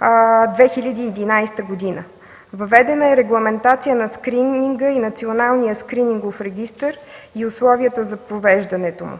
2011 г. Въведени са регламентация на скрининга и националния скринингов регистър, и условията за провеждането му.